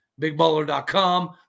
bigballer.com